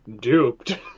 duped